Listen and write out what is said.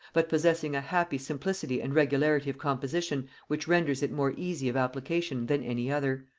but possessing a happy simplicity and regularity of composition which renders it more easy of application than any other.